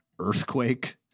earthquake